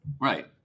Right